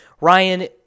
Ryan